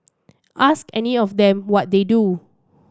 ask any of them what they do